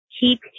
keep